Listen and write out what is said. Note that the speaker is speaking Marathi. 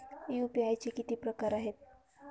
यू.पी.आय चे किती प्रकार आहेत?